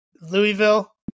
Louisville